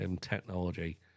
technology